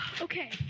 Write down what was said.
Okay